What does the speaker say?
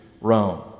Rome